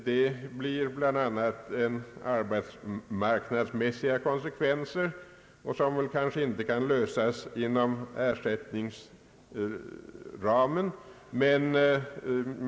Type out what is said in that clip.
Det blir bl.a. arbetsmarknadsmässiga konsekvenser, som kanske inte kan lösas inom ramen för allmänna ersättningsregler.